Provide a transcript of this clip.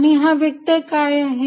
आणि हा व्हेक्टर काय आहे